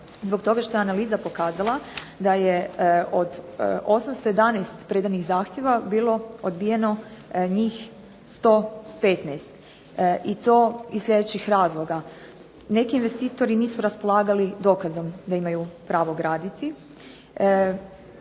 zbog toga što je analiza pokazala da je od 811 predanih zahtjeva bilo odbijeno njih 115 i to iz sljedećih razloga: neki investitori nisu raspolagali dokazom da imaju pravo graditi,